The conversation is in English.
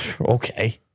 Okay